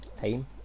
time